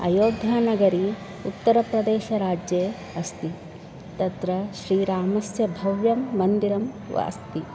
अयोध्यानगरी उत्तरप्रदेशराज्ये अस्ति तत्र श्रीरामस्य भव्यं मन्दिरम् अस्ति